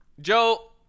Joe